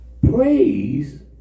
praise